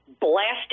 blasting